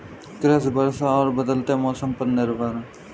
कृषि वर्षा और बदलते मौसम पर निर्भर है